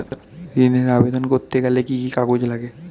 ঋণের আবেদন করতে গেলে কি কি কাগজ লাগে?